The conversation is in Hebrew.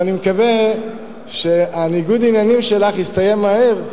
ואני מקווה שניגוד העניינים שלך יסתיים מהר,